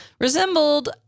resembled